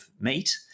meat